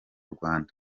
rwanda